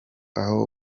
aho